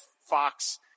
fox